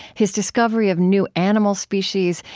his discovery of new animal species,